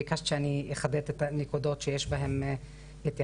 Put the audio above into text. ביקשת שאני אחבר את הנקודות שיש בהן התייחסות,